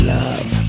love